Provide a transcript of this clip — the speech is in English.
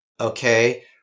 Okay